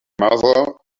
mother